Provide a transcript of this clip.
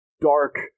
dark